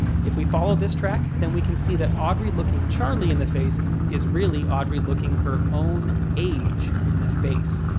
if we follow this track, then we can see that audrey looking charlie in the face is really audrey looking her own age in the face.